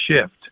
shift